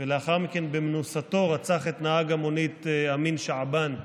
ולאחר מכן במנוסתו רצח את נהג המונית אמין שעבאן,